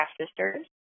Sisters